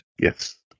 Yes